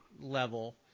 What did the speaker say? level